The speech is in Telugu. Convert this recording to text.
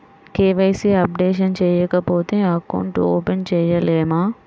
కే.వై.సి అప్డేషన్ చేయకపోతే అకౌంట్ ఓపెన్ చేయలేమా?